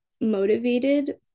motivated